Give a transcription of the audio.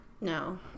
No